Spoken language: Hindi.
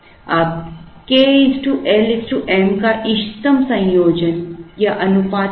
अब k l m का इष्टतम संयोजन या अनुपात क्या है